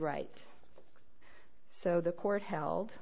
right so the court held